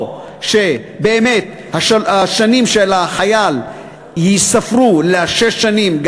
או שבאמת השנים של החייל ייספרו לשש שנים,